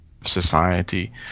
society